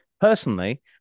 personally